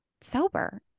sober